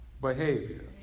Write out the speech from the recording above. behavior